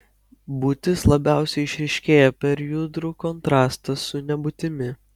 būtis labiausiai išryškėja per judrų kontrastą su nebūtimi